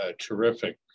terrific